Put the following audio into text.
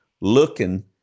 looking